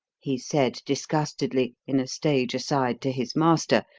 he said disgustedly, in a stage aside to his master,